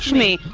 me